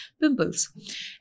pimples